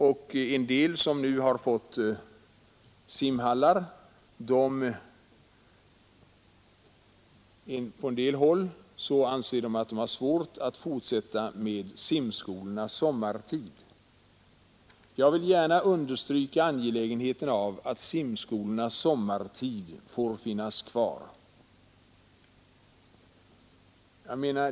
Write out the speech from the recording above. En del kommuner som nu har fått simhallar anser sig ha svårt att fortsätta med simskolorna sommartid. Jag vill därför gärna understryka angelägenheten av att simskolorna sommartid får finnas kvar.